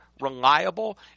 reliable